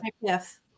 Yes